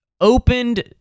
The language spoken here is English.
opened